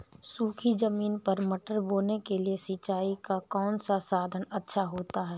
सूखी ज़मीन पर मटर बोने के लिए सिंचाई का कौन सा साधन अच्छा होता है?